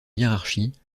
hiérarchie